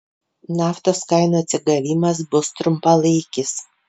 naftos kainų atsigavimas bus trumpalaikis